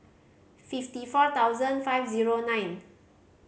fifty four thousand five zero nine